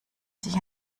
sich